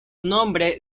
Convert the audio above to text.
nombre